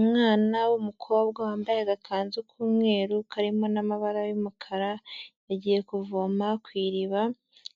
Umwana w'umukobwa wambaye agakanzu k'umweru karimo n'amabara y'umukara yagiye kuvoma ku iriba,